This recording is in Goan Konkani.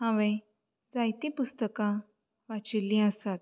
हांवें जायतीं पुस्तकां वाचिल्लीं आसात